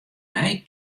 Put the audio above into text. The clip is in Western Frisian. nij